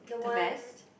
the vest